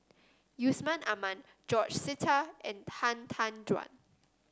Yusman Aman George Sita and Han Tan Juan